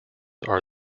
are